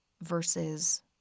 versus